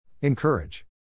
Encourage